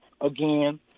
again